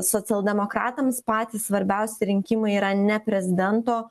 socialdemokratams patys svarbiausi rinkimai yra ne prezidento